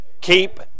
Keep